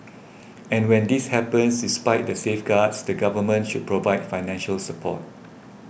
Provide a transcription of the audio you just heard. and when this happens despite the safeguards the Government should provide financial support